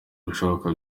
ibishoboka